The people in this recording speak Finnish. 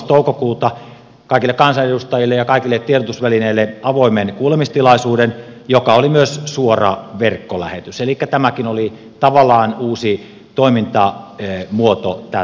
toukokuuta kaikille kansanedustajille ja kaikille tiedotusvälineille avoimen kuulemistilaisuuden joka oli myös suora verkkolähetys elikkä tämäkin oli tavallaan uusi toimintamuoto tältä osin